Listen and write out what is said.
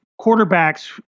quarterbacks